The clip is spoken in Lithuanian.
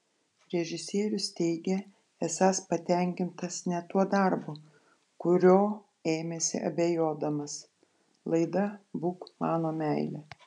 režisierius teigia esąs patenkintas net tuo darbu kurio ėmėsi abejodamas laida būk mano meile